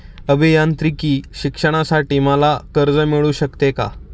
अभियांत्रिकी शिक्षणासाठी मला कर्ज मिळू शकते का?